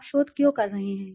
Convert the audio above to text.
आप शोध क्यों कर रहे हैं